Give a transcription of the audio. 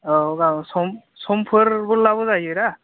औ गाबोन संफोरबोब्लाबो जायो दा